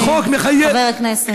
החוק מחייב, חבר הכנסת.